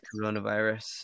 coronavirus